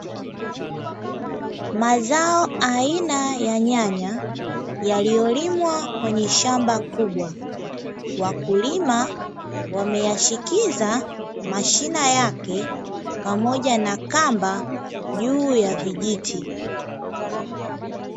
Mazao aina ya nyanya, yaliyolimwa kwenye shamba kubwa. Wakulima wameyashikiza mashina yake pamoja na kamba juu ya vijiti.